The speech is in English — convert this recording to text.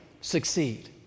succeed